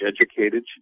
educated